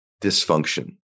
dysfunction